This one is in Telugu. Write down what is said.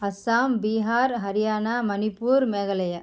అస్సాం బీహార్ హర్యానా మణిపూర్ మేఘాలయ